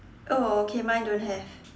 oh okay mine don't have